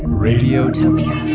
radiotopia